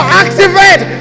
activate